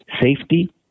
safety